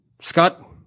Scott